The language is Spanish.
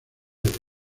ebro